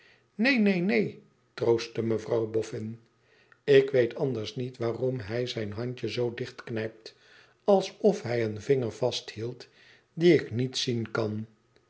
neen neen neen troostte mevrouw boffin ik weet anders niet waarom hij zijn handje zoo dichtknijpt alsof hij een vinger vasthield dien ik niet zien kan